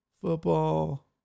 football